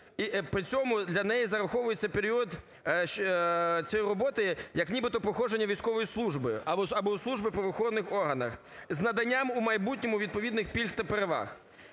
при цьому для неї зараховується період цієї роботи як нібито проходження військової служби або служби в правоохоронних органах з наданням у майбутньому відповідних пільг та переваг.